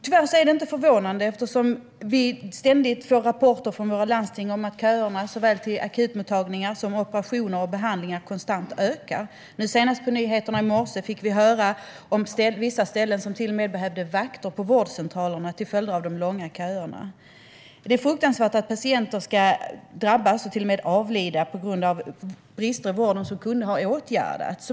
Tyvärr är detta inte förvånande, eftersom vi ständigt får rapporter från våra landsting om att köerna till såväl akutmottagningar som operationer och behandlingar konstant ökar. Nu senast på nyheterna i morse fick vi höra om vissa ställen som till och med behövde vakter på vårdcentralerna till följd av de långa köerna. Det är fruktansvärt att patienter ska drabbas och till och med avlida på grund av brister i vården som kunde ha åtgärdats.